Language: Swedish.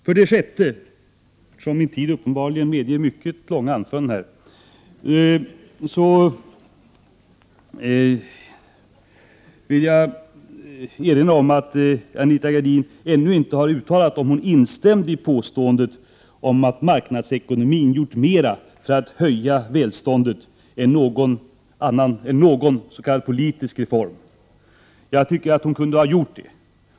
För det sjätte vill jag erinra om att Anita Gradin ännu inte har uttalat om hon instämmer i påståendet om att marknadsekonomin har gjort mera för att höja välståndet än någon s.k. politisk reform. Jag tycker att hon kunde ha gjort det.